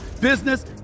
business